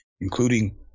including